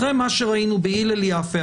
אחרי מה שראינו בהלל יפה,